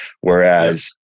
Whereas